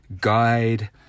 guide